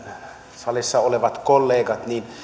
salissa olevat kollegat niin